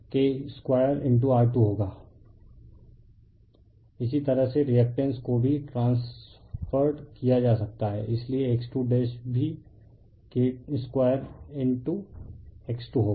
refer slide time 2631 इसी तरह से रिएक्टेंस को भी ट्रांस्फेर्रेड किया जा सकता है इसलिए X2 भी K2X2 होगा